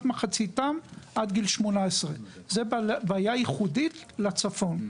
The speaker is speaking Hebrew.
מחציתם עד גיל 18. זו בעיה ייחודית לצפון.